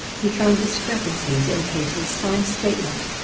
he found discrepancies in casey's signed statement.